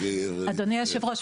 אדוני יושב הראש,